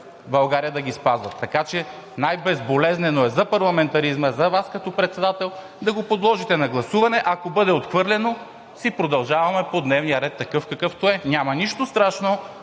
България да ги спазват. Така че най-безболезнено е за парламентаризма, за Вас като председател, да го подложите на гласуване. Ако бъде отхвърлено, си продължаваме по дневния ред такъв, какъвто е. Няма нищо страшно